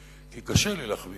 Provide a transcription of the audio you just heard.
כי קשה לי להחמיא,